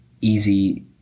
easy